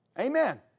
Amen